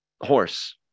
horse